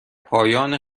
پایان